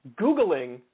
Googling